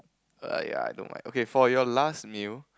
!aiya! I don't mind okay for your last meal